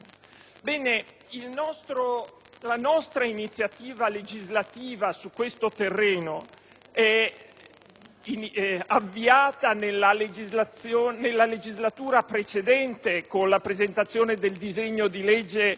La nostra iniziativa legislativa su questo terreno, avviata nella legislatura precedente con la presentazione del disegno di legge